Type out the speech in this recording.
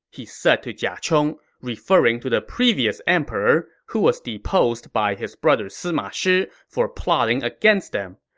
he said to jia chong, referring to the previous emperor who was deposed by his brother sima shi for plotting against them.